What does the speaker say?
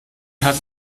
hat